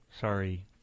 Sorry